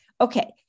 Okay